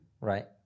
right